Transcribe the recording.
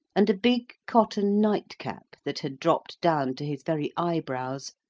and a big cotton nightcap that had dropped down to his very eyebrows,